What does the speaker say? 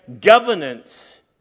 governance